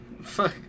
Fuck